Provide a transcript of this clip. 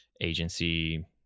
agency